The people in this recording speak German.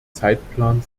zeitplan